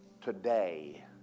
Today